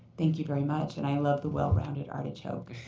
thank you very much. and i love the well-rounded artichoke.